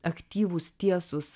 aktyvūs tiesūs